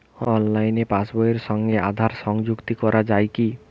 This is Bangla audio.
অনলাইনে পাশ বইয়ের সঙ্গে আধার সংযুক্তি করা যায় কি?